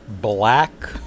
black